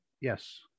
yes